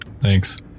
Thanks